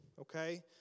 Okay